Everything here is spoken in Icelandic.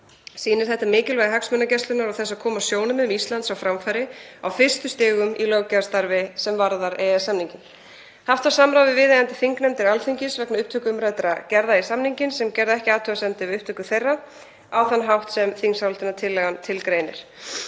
Sýnir þetta mikilvægi hagsmunagæslunnar og þess að koma sjónarmiðum Íslands á framfæri á fyrstu stigum í löggjafarstarfi sem varðar EES-samninginn. Haft var samráð við viðeigandi þingnefndir Alþingis vegna upptöku umræddra gerða í samninginn sem gerðu ekki athugasemdir við upptöku þeirra á þann hátt sem þingsályktunartillagan